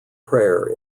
prayer